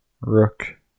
Rook